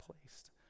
placed